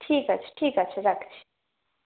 ঠিক আছে ঠিক আছে রাখছি